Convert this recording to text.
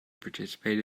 participate